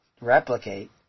replicate